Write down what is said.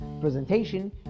presentation